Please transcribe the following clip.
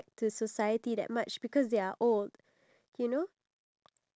you know the customers who are going to pay for the stuff in the shop